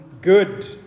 good